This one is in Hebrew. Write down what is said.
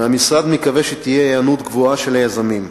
והמשרד מקווה שתהיה היענות גבוהה של היזמים.